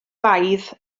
baedd